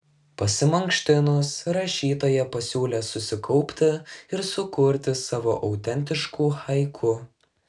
pasimankštinus rašytoja pasiūlė susikaupti ir sukurti savo autentiškų haiku